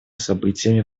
событиями